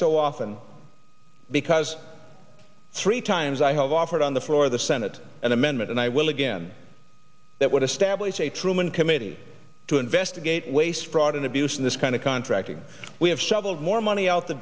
so often because three times i have offered on the floor of the senate an amendment and i will again that would establish a truman committee to investigate waste fraud and abuse in this kind of contracting we have shoveled more money out the